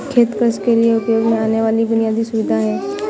खेत कृषि के लिए उपयोग में आने वाली बुनयादी सुविधा है